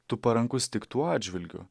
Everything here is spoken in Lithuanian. tu parankus tik tuo atžvilgiu